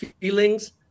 feelings